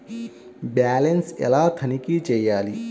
Balance ఎలా తనిఖీ చేయాలి?